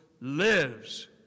lives